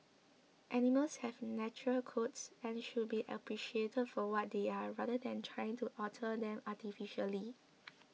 animals have natural coats and should be appreciated for what they are rather than trying to alter them artificially